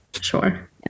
Sure